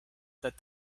that